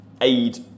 aid